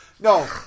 No